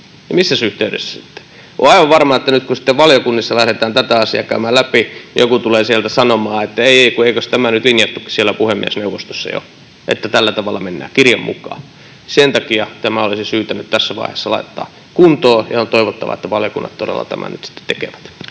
Missäs yhteydessä sitten? Olen aivan varma, että nyt, kun valiokunnissa lähdetään tätä asiaa käymään läpi, joku tulee sieltä sanomaan, että ei ei, eikös tämä nyt linjattukin siellä puhemiesneuvostossa jo, että tällä tavalla mennään, kirjan mukaan. Sen takia tämä olisi syytä nyt tässä vaiheessa laittaa kuntoon, ja on toivottavaa, että valiokunnat todella tämän nyt sitten tekevät.